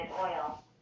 oil